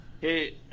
Hey